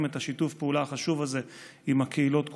את שיתוף הפעולה החשוב הזה עם הקהילות כולן.